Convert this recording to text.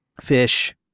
fish